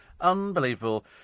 Unbelievable